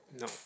no